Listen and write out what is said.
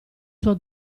suo